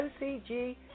OCG